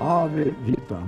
ave vita